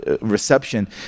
reception